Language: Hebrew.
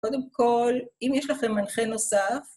‫קודם כול, אם יש לכם מנחה נוסף...